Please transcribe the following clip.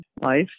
life